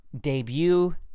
debut